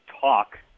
talk